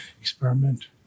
experiment